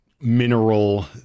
mineral